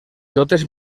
totes